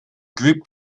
group